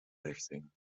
richting